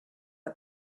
but